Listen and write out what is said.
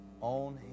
on